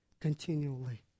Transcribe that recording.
continually